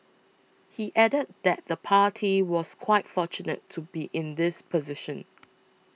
he added that the party was quite fortunate to be in this position